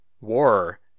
war